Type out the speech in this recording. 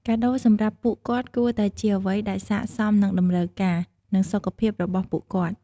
កាដូរសម្រាប់ពួកគាត់គួរតែជាអ្វីដែលស័ក្តិសមនឹងតម្រូវការ និងសុខភាពរបស់ពួកគាត់។